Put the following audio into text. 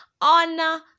on